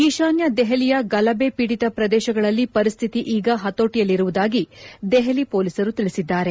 ಈತಾನ್ದ ದೆಹಲಿಯ ಗಲಭೆ ಪೀಡಿತ ಪ್ರದೇಶಗಳಲ್ಲಿ ಪರಿಸ್ಥಿತಿ ಈಗ ಹತೋಟಿಯಲ್ಲಿರುವುದಾಗಿ ದೆಹಲಿ ಪೊಲೀಸರು ತಿಳಿಸಿದ್ದಾರೆ